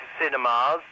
cinemas